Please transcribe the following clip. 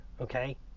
Okay